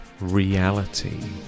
reality